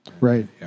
Right